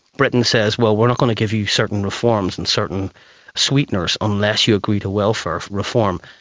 britain says, well, we're not going to give you certain reforms and certain sweeteners unless you agree to welfare reform.